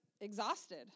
exhausted